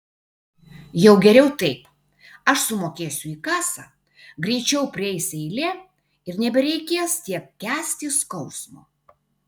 jau geriau taip aš sumokėsiu į kasą greičiau prieis eilė ir nebereikės tiek kęsti skausmo